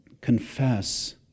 Confess